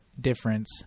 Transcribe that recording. difference